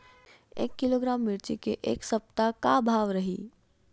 एक किलोग्राम मिरचा के ए सप्ता का भाव रहि?